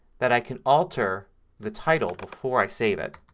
that i can alter the title before i save it.